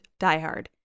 diehard